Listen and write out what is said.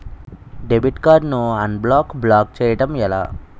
Debit card ను unblock block చేయటం ఎలా?